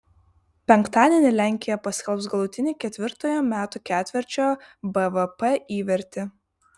penktadienį lenkija paskelbs galutinį ketvirtojo metų ketvirčio bvp įvertį